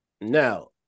Now